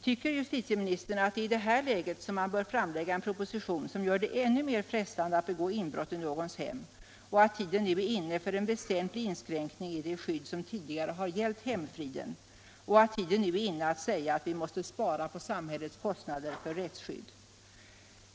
Tycker justitieministern att det är i detta läge som man bör framlägga en proposition som gör det ännu mer frestande att begå inbrott i någons hem, att tiden nu är inne för en väsentlig inskränkning i det skydd som tidigare har gällt hemfriden och att tiden nu är inne att säga att vi måste spara på samhällets kostnader för rättsskyddet?